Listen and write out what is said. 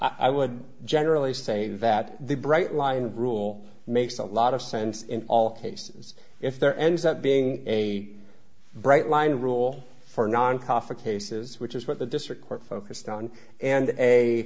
i would generally say that the bright line rule makes a lot of sense in all cases if there ends up being a bright line rule for nonprofit cases which is what the district court focused on and a